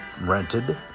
rented